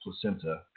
placenta